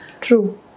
True